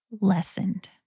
lessened